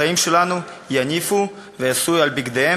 הספורטאים שלנו יניפו ויישאו על בגדיהם